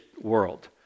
world